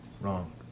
wrong